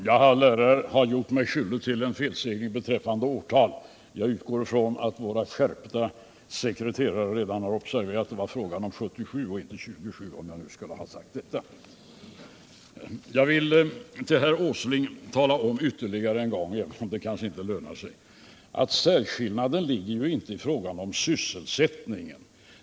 Herr talman! Jag lär ha gjort mig skyldig till en felsägning beträffande årtal. Jag utgår ifrån att våra skärpta sekreterare redan har observerat att det var frågan om 1977 och inte 1927. Jag vill för herr Åsling tala om ytterligare en gång, även om det kanske inte lönar sig, att särskillnaden ligger inte i frågan om sysselsättningen.